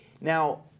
Now